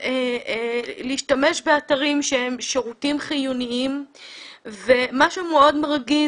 להשתמש באתרים שהם שירותים חיוניים ומה שמאוד מרגיז